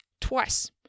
twice